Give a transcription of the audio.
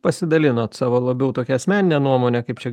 pasidalinot savo labiau tokia asmenine nuomone kaip čia